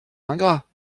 ingrats